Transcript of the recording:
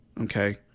Okay